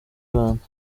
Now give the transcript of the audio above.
rwanda